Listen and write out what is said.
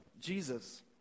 Jesus